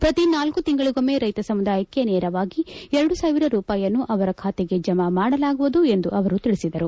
ಪ್ರತಿ ನಾಲ್ಲು ತಿಂಗಳಿಗೊಮ್ನೆ ರೈತ ಸಮುದಾಯಕ್ಕೆ ನೇರವಾಗಿ ಎರಡು ಸಾವಿರ ರೂಪಾಯಿಯನ್ನು ಅವರ ಖಾತೆಗೆ ಜಮಾ ಮಾಡಲಾಗುವುದು ಎಂದು ಅವರು ತಿಳಿಸಿದರು